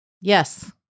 Yes